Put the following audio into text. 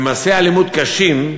ומעשי אלימות קשים,